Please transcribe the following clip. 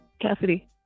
Cassidy